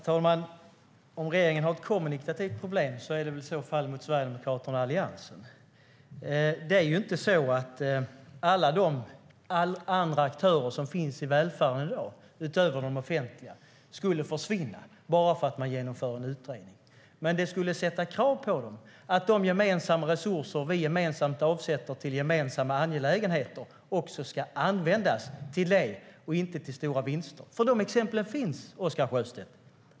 Herr talman! Om regeringen har ett kommunikativt problem är det i så fall gentemot Sverigedemokraterna och Alliansen. Det är ju inte så att alla aktörer som finns i välfärden i dag utöver de offentliga skulle försvinna bara för att man genomför en utredning. Men det skulle ställa krav på dem att de gemensamma resurser som vi gemensamt avsätter till gemensamma angelägenheter också ska användas till det och inte till stora vinster. Det finns sådana exempel, Oscar Sjöstedt.